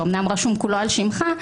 שאומנם רשום כולו על שמך,